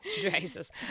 Jesus